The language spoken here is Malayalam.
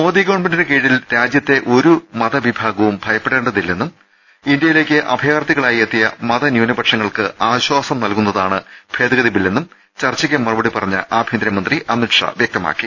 മോദി ഗവൺമെന്റിന് കീഴിൽ രാജ്യത്തെ ഒരു മതവിഭാഗവും ഭയപ്പെടേണ്ടതില്ലെന്നും ഇന്ത്യയിലേക്ക് അഭയാർത്ഥികളായി എത്തിയ മത ന്യൂനപക്ഷങ്ങൾക്ക് ആശ്വാസം നൽകുന്നതാണ് ഭേദ ഗതി ബില്ലെന്നും ചർച്ചക്ക് മറുപടി പറഞ്ഞ ആഭ്യന്തരമന്ത്രി അമിത്ഷാ വ്യക്തമാക്കി